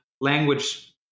language